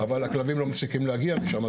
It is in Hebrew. אבל הכלבים לא מפסיקים להגיע משם.